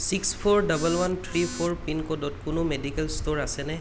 six four double one three four পিনক'ডত কোনো medical store আছেনে